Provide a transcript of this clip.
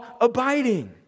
abiding